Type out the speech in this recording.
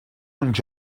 uns